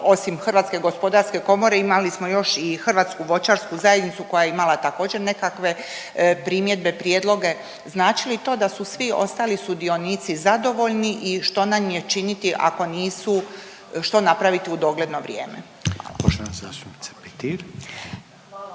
osim gotovo da, osim HGK, imali smo još i Hrvatsku voćarsku zajednicu koja je imala također nekakve primjedbe i prijedloge. Znači li to da su svi ostali sudionici zadovoljni i što nam je činiti ako nisu, što napraviti u dogledno vrijeme? Hvala.